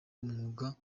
umwuga